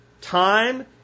time